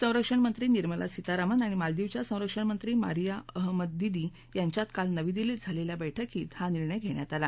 संरक्षण मंत्री निर्मला सीतारामन आणि मालदीवच्या संरक्षणमंत्री मारिया अहमद दीदी यांच्यात काल नवी दिल्लीत झालेल्या बैठकीत हा निर्णय घेण्यात आला